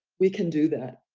we can do that.